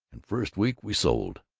and first week we sold